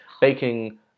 baking